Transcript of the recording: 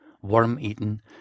worm-eaten